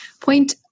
point